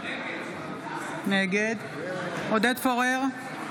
נגד עודד פורר,